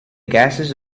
gases